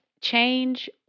change